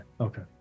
Okay